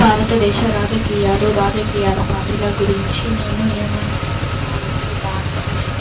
భారతదేశ రాజకీయాలు రాజకీయ పార్టీల గురించి నేను ఏమనుకుంటున్నానంటే భారతదేశంలో